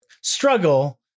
Struggle